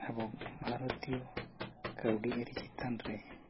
ᱟᱵᱚ ᱵᱷᱟᱨᱚᱛᱤᱭᱚ ᱠᱟᱹᱣᱰᱤᱼᱟᱹᱨᱤ ᱪᱮᱛᱟᱱᱨᱮ